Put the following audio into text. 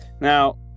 now